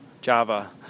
Java